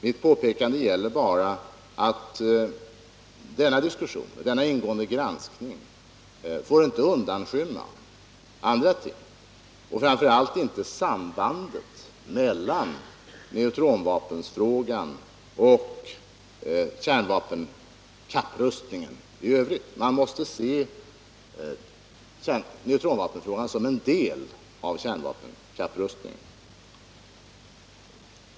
Mitt påpekande gällde bara att denna diskussion och ingående granskning inte får undanskymma andra ting, framför allt inte sambandet mellan neutronvapenfrågan och kärnvapenkapprustningen i övrigt. Man måste se neutronvapenfrågan såsom en del av kärnvapenkapprustningen.